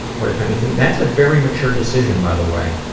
what if anything that's a very mature decision, by the way.